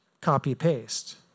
copy-paste